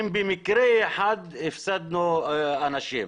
אם במקרה אחד הפסדנו אנשים.